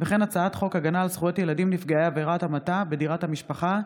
הצעת חוק הגנה על זכויות ילדים נפגעי עבירת המתה בדירת המשפחה,